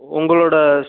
உங்களோடய